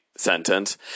sentence